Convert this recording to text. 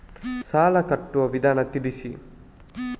ಸಾಲ ಕಟ್ಟುವ ವಿಧಾನ ತಿಳಿಸಿ?